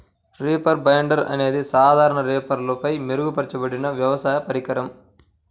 reaper binder అనేది సాధారణ రీపర్పై మెరుగుపరచబడిన వ్యవసాయ పరికరం